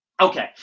Okay